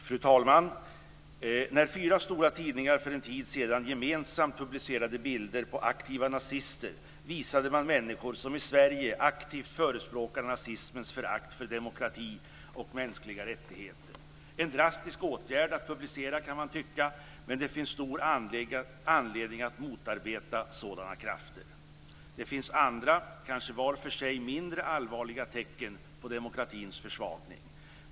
Fru talman! När fyra stora tidningar för en tid sedan gemensamt publicerade bilder på aktiva nazister visade man människor som i Sverige aktivt förespråkar nazismens förakt för demokrati och mänskliga rättigheter. Det var en drastisk åtgärd att publicera dem, kan man tycka, men det finns stor anledning att motarbeta sådana krafter. Det finns andra, kanske var för sig mindre allvarliga tecken på demokratins försvagning.